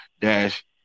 Dash